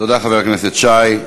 תודה, חבר הכנסת שי.